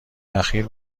اخیر